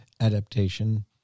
adaptation